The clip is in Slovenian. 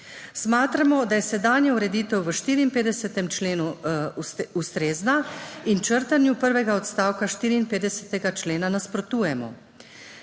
Smatramo, da je sedanja ureditev v 54. členu ustrezna in črtanju prvega odstavka 54. člena nasprotujemo.